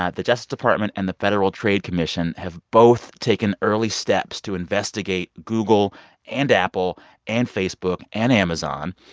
ah the justice department and the federal trade commission have both taken early steps to investigate google and apple and facebook and amazon.